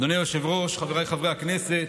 אדוני היושב-ראש, חבריי חברי הכנסת,